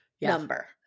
number